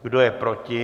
Kdo je proti?